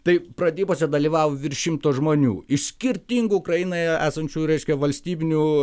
tai pratybose dalyvavo virš šimto žmonių iš skirtingų ukrainoje esančių reiškia valstybinių